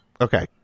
Okay